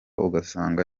ugasanga